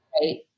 Right